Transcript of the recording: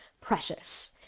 precious